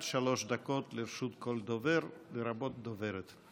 עד שלוש דקות לרשות כל דובר, לרבות דוברת.